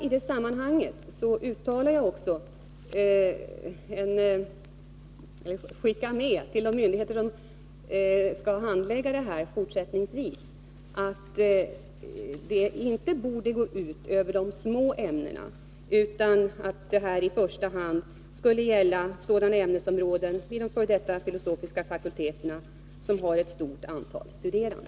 I det sammanhanget vill jag att de myndigheter som fortsättningsvis skall handlägga de här frågorna skall veta att de små ämnena inte borde drabbas. I första hand skall det här gälla sådana ämnesområden vid de tidigare filosofiska fakulteterna som har ett stort antal studerande.